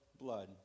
blood